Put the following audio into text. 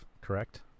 correct